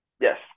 yes